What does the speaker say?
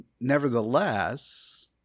Nevertheless